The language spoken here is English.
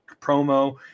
promo